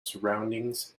surroundings